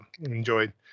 enjoyed